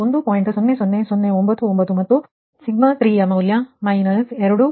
00099 ಮತ್ತು ಈ 3 ಮೌಲ್ಯ −2